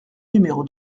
numéro